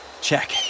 Check